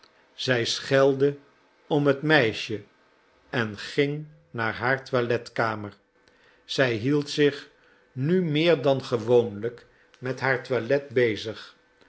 zij schelde om het meisje en ging naar haar toiletkamer zij hield zich nu meer dan gewoonlijk met haar toilet bezig